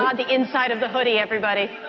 um the inside of the hoodie, everybody.